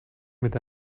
mit